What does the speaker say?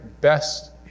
best